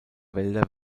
wälder